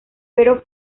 pero